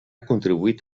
contribuït